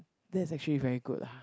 that's actually very good lah